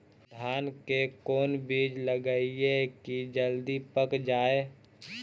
धान के कोन बिज लगईयै कि जल्दी पक जाए?